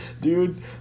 Dude